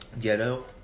Ghetto